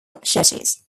churches